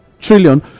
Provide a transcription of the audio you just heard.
trillion